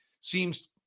seems